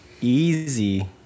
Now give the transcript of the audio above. easy